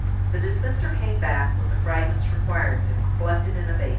the dispenser came back, with the fragments required of him, collected in a basin.